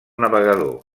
navegador